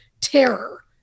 terror